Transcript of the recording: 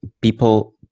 people